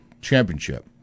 championship